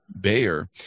Bayer